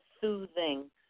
soothing